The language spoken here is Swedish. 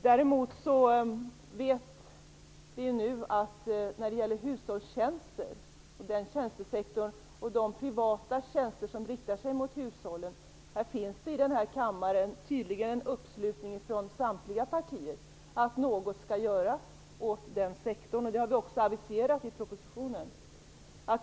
Däremot vet vi nu när det gäller sektorn hushållstjänster och de privata tjänster som riktar sig mot hushållen att det i denna kammare tydligen finns en uppslutning från samtliga partier bakom att något skall göras för den sektorn. Det har vi också aviserat i propositionen.